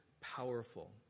powerful